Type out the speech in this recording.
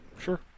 Sure